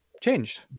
changed